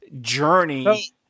journey